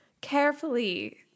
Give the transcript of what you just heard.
carefully